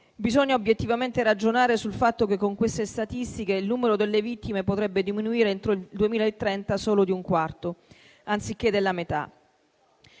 bisogna obiettivamente ragionare sul fatto che con queste statistiche il numero delle vittime potrebbe diminuire entro il 2030 solo di un quarto, anziché della metà.